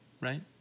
right